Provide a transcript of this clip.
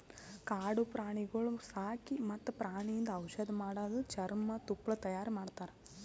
ಕಾಡು ಪ್ರಾಣಿಗೊಳ್ ಸಾಕಿ ಮತ್ತ್ ಪ್ರಾಣಿಯಿಂದ್ ಔಷಧ್ ಮಾಡದು, ಚರ್ಮ, ತುಪ್ಪಳ ತೈಯಾರಿ ಮಾಡ್ತಾರ